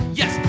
yes